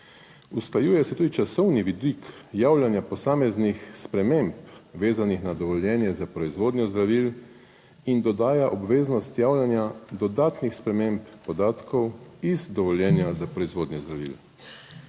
Usklajuje se tudi časovni vidik javljanja posameznih sprememb, vezanih na dovoljenje za proizvodnjo zdravil in dodaja obveznost javljanja dodatnih sprememb podatkov iz dovoljenja za proizvodnjo zdravil.